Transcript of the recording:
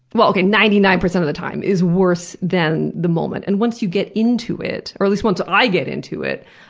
well, okay, ninety nine percent of the time, is worse than the moment. and once you get into it, or at least once i get into it,